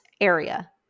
area